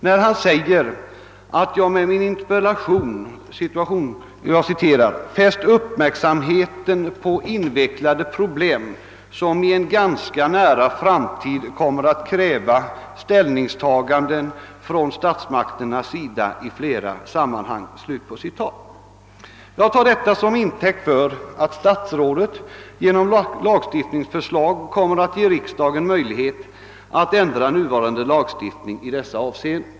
Statsrådet säger att jag med min interpellation »har fäst uppmärksamheten på invecklade problem, som i en ganska nära framtid kommer att kräva ställningstaganden från statsmakternas sida i flera sammanhang». Jag tar detta till intäkt för att statsrådet genom lagstiftningsförslag kommer att ge riksdagen möjlighet att ändra nuvarande lagar i dessa avseenden.